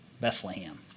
Bethlehem